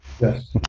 Yes